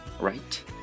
right